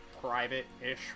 private-ish